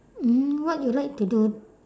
mm what you like to do